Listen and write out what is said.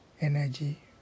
energy